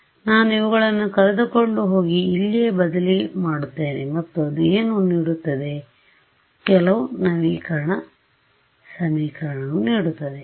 ಆದ್ದರಿಂದ ನಾನು ಇವುಗಳನ್ನು ಕರೆದುಕೊಂಡು ಹೋಗಿ ಇಲ್ಲಿಯೇ ಬದಲಿ ಮಾಡುತ್ತೇನೆ ಮತ್ತು ಅದು ಏನು ನೀಡುತ್ತದೆ ಕೆಲವು ನವೀಕರಣ ಸಮೀಕರಣವನ್ನು ನೀಡುತ್ತದೆ